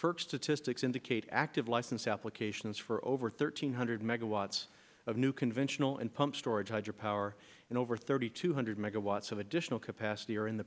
firk statistics indicate active license applications for over thirteen hundred megawatts of new conventional and pumped storage hydro power and over thirty two hundred megawatts of additional capacity are in the